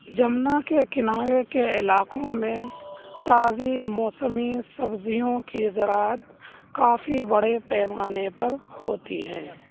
جمنا کے کنارے کے علاقوں میں تازی موسمی سبزیوں کی زراعت کافی بڑے پیمانے پر ہوتی ہیں